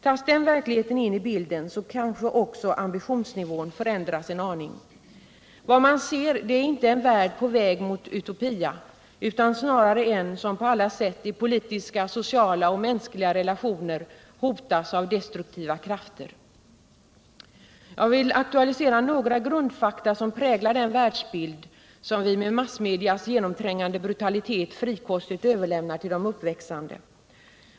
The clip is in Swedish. Tas den verkligheten in i bilden, så kanske också ambitionsnivån förändras en aning. Vad man ser är inte en värld på väg mot Utopia, utan snarare en värld som på alla sätt i politiska, sociala och mänskliga relationer hotas av destruktiva krafter. Jag vill aktualisera några grundfakta som präglar den världsbild som vi med massmedias genomträngande brutalitet frikostigt överlämnar till de uppväxande.